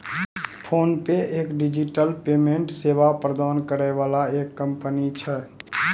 PhonePe एक digital payment सेवा प्रदान करै वाला एक कंपनी छै